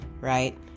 right